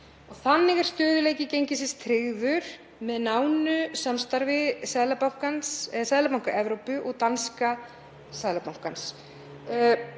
Þannig er stöðugleiki gengisins tryggður með nánu samstarfi Seðlabanka Evrópu og Seðlabanka